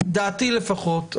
עוד פעם,